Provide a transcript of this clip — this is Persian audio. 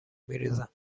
میریزم